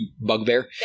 bugbear